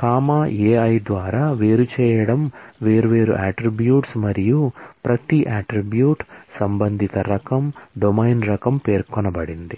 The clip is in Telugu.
కామా Ai ద్వారా వేరుచేయడం వేర్వేరు అట్ట్రిబ్యూట్స్ మరియు ప్రతి అట్ట్రిబ్యూట్ సంబంధిత రకం డొమైన్ రకం పేర్కొనబడింది